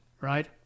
right